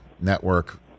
Network